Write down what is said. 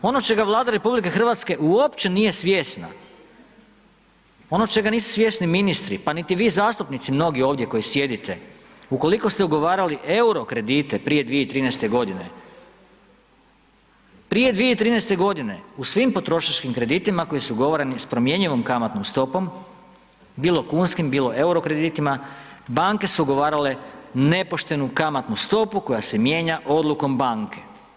Ono čega Vlada Republike Hrvatske uopće nije svjesna, ono čega nisu svjesni ministri, pa niti vi zastupnici mnogi ovdje koji sjedite, ukoliko ste ugovarali euro kredite prije 2013.-te godine, prije 2013.-te godine u svim potrošačkim kreditima koji su ugovarani s promjenjivom kamatnom stopom, bilo kunskim, bilo euro kreditima, banke su ugovarale nepoštenu kamatnu stopu koja se mijenja odlukom Banke.